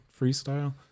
Freestyle